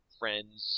friends